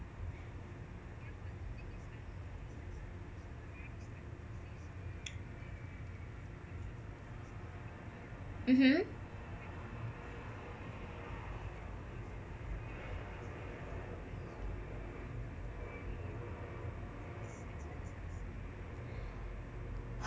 mmhmm